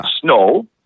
snow